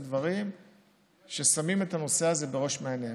דברים ששמים את הנושא הזה בראש מעיינינו.